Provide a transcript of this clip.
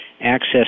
access